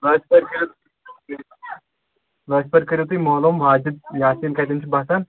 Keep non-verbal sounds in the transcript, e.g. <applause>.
لٲسۍ پٲرۍ کٔرِو <unintelligible> لٲسۍ پٲرۍ کٔرِو تُہۍ معلوٗم واجد یاسیٖن کَتیٚن چھُ بَسان